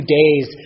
days